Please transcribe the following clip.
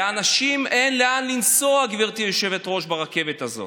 לאנשים אין לאן לנסוע ברכבת הזאת,